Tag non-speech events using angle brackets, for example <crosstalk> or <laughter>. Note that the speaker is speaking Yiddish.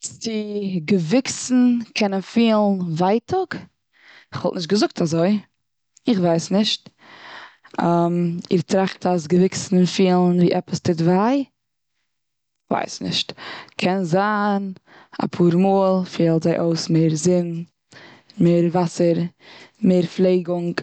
צו געוויקסן קענען פילן ווייטאג? כ'וואלט נישט געזאגט אזוי. איך ווייס נישט. <hesitation> איר טראכט אז געוויקסן פילן ווי עפעס טוט וויי? כ'ווייס נישט. קען זיין אפאר מאל פעלט זיי אויס מער זון, מער וואסער, מער פלעגונג.